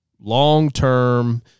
long-term